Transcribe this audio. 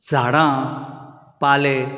झाडां पाले